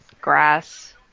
grass